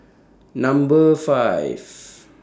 Number five